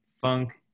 funk